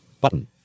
button